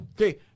Okay